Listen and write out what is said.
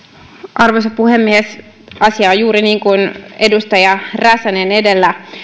arvoisa puhemies asia on juuri niin kuin edustaja räsänen edellä